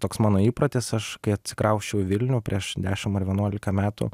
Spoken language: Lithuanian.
toks mano įprotis aš kai atsikrausčiau į vilnių prieš dešim ar vienuolika metų